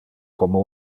como